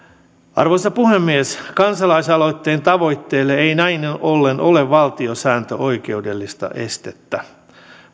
arvoisa puhemies kansalaisaloitteen tavoitteelle ei näin ollen ole valtiosääntöoikeudellista estettä